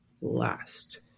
last